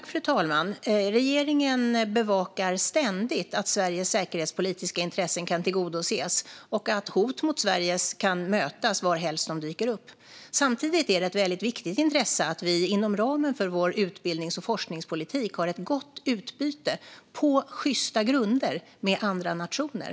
Fru talman! Regeringen bevakar ständigt att Sveriges säkerhetspolitiska intressen kan tillgodoses och att hot mot Sverige kan mötas varhelst de dyker upp. Samtidigt är det ett viktigt intresse att vi inom ramen för vår utbildnings och forskningspolitik har ett gott utbyte på sjysta grunder med andra nationer.